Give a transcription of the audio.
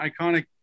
iconic